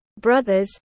brothers